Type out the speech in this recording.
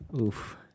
Oof